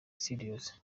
studios